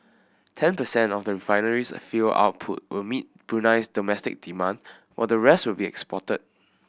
ten percent of the refinery's fuel output will meet Brunei's domestic demand while the rest will be exported